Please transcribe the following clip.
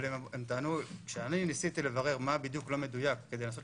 אבל כשאני ניסיתי לברר מה בדיוק מה לא מדויק כדי לנסות